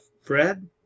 Fred